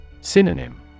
Synonym